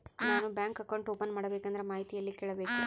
ನಾನು bank account open ಮಾಡಬೇಕಂದ್ರ ಮಾಹಿತಿ ಎಲ್ಲಿ ಕೇಳಬೇಕು?